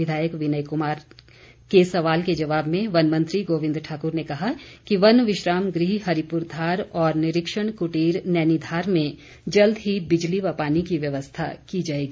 विधायक विनय कुमार के सवाल के जवाब में वन मंत्री गोविंद ठाकुर ने कहा कि वन विश्राम गृह हरिपुरधार तथा निरीक्षण कुटीर नैनीधार में जल्द ही बिजली व पानी की व्यवस्था की जाएगी